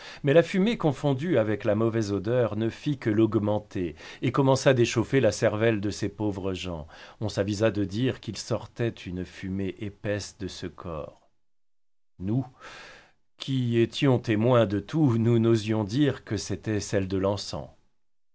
mais la fumée confondue avec la mauvaise odeur ne fit que l'augmenter et commença d'échauffer la cervelle de ces pauvres gens on s'avisa de dire qu'il sortait une fumée épaisse de ce corps nous qui étions témoins de tout nous n'osions dire que c'était celle de l'encens